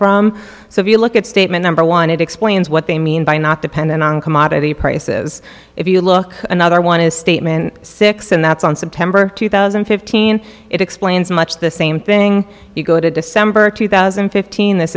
from so if you look at statement number one it explains what they mean by not dependent on commodity prices if you look another one is statement six and that's on september two thousand and fifteen it explains much the same thing you go to december two thousand and fifteen